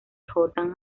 jordan